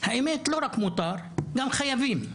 האמת לא רק מותר גם חייבים,